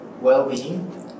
well-being